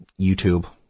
YouTube